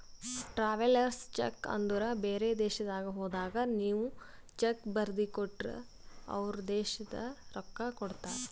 travellers cheque ಅಂದುರ್ ಬೇರೆ ದೇಶದಾಗ್ ಹೋದಾಗ ನೀವ್ ಚೆಕ್ ಬರ್ದಿ ಕೊಟ್ಟರ್ ಅವ್ರ ದೇಶದ್ ರೊಕ್ಕಾ ಕೊಡ್ತಾರ